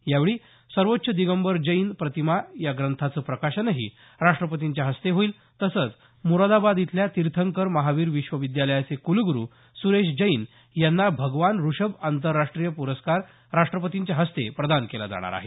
यावेळी सर्वोच्च दिगंबर जैन प्रतिमा या ग्रंथाचं प्रकाशनही राष्ट्रपतींच्या हस्ते होईल तसंच मुरादाबाद इथल्या तीर्थंकर महावीर विश्व विद्यालयाचे कुलगुरू सुरेश जैन यांना भगवान ऋषभ आंतरराष्ट्रीय पुरस्कार राष्ट्रपतींच्या हस्ते प्रदान केला जाणार आहे